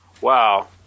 Wow